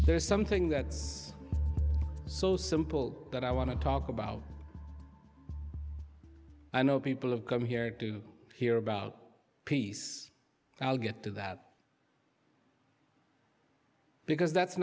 there's something that's so simple that i want to talk about i know people have come here to hear about peace i'll get to that because that's